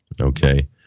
okay